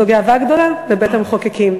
זו גאווה גדולה לבית-המחוקקים.